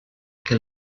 que